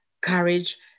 courage